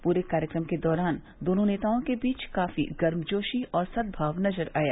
पूरे कार्यक्रम के दौरान दोनों नेताओं के बीच काफी गर्मजोशी और सद्भाव नजर आया